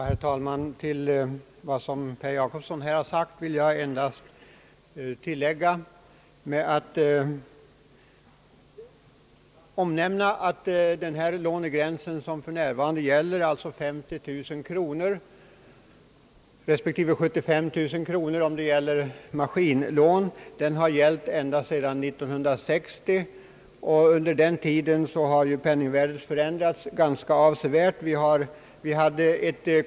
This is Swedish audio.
Herr talman! Till vad herr Jacobsson nu sagt vill jag endast lägga, att den nuvarande lånegränsen — alltså 50 000 kronor respektive 75 000 kronor om det gäller maskinlån — har tillämpats ända sedan 1960 och att penningvärdet under den tiden har förändrats ganska avsevärt.